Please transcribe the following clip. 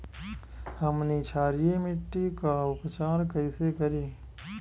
हमनी क्षारीय मिट्टी क उपचार कइसे करी?